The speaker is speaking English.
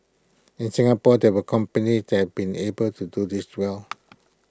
in Singapore there are companies that been able to do this well